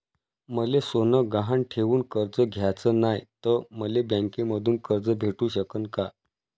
मले सोनं गहान ठेवून कर्ज घ्याचं नाय, त मले बँकेमधून कर्ज भेटू शकन का?